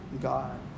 God